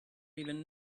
even